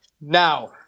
now